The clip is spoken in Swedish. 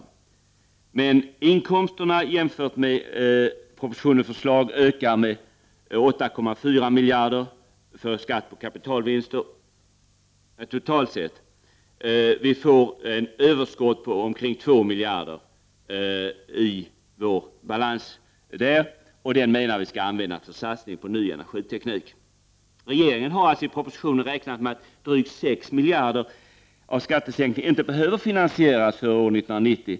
Eftersom inkomsterna ökar jämfört med förslaget i propositionen får vi totalt sett ett överskott på omkring 2 miljarder, som vi menar skall användas för satsning på ny energiteknik. Regeringen har i propositionen räknat med att drygt 6 miljarder av skattesänkningen inte behöver finansieras för år 1990.